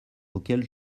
auquel